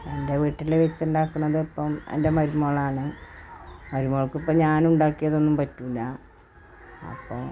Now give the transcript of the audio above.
എൻ്റെ വീട്ടിൽ വച്ചുണ്ടാക്കുന്നത് ഇപ്പം എൻ്റെ മരുമകളാണ് മരുമകൾക്ക് ഇപ്പം ഞാൻ ഉണ്ടാക്കിയതൊന്നും പറ്റില്ല അപ്പോൾ